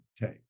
take